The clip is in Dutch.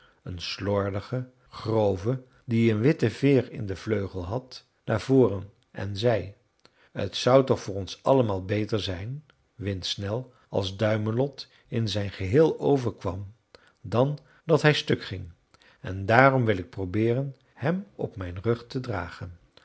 een slordige grove die een witte veer in den vleugel had naar voren en zei t zou toch voor ons allemaal beter zijn windsnel als duimelot in zijn geheel overkwam dan dat hij stuk ging en daarom wil ik probeeren hem op mijn rug te dragen